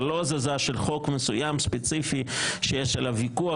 לא מדובר כאן בהזזה של חוק מסוים וספציפי שיש עליו ויכוח